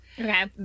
Okay